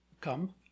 come